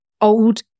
Old